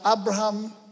Abraham